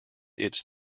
its